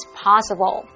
possible 。